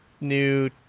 new